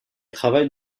travaille